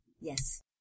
Yes